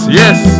yes